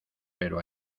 pero